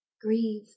grieve